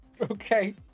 Okay